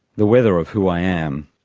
the weather of who i am.